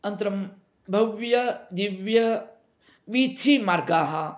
अनन्तरं भव्यदिव्यवीथिमार्गाः